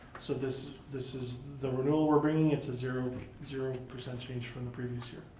so this this is the renewal we're bringing. it's a zero zero percent change from the previous year.